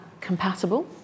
compatible